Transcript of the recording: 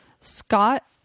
Scott